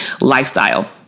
lifestyle